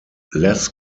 less